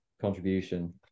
contribution